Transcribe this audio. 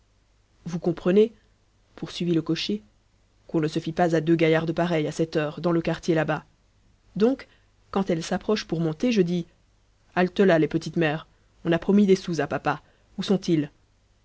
vous comprenez poursuivit le cocher qu'on ne se fie pas à deux gaillardes pareilles à cette heure dans le quartier là-bas donc quand elles s'approchent pour monter je dis halte-là les petites mères on a promis des sous à papa où sont-ils